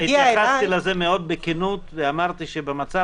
התייחסתי לזה מאוד בכנות ואמרתי שבמצב